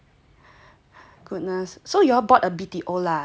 goodness so you all bought a B_T_O lah at that point of